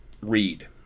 read